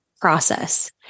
process